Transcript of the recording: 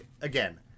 Again